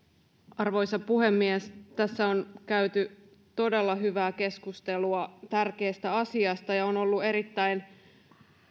arvoisa puhemies tässä on käyty todella hyvää keskustelua tärkeästä asiasta ja on ollut erittäin